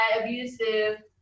abusive